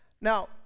now